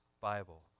Bible